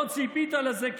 לא ציפית לזה,